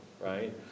right